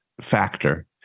factor